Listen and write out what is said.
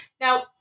Now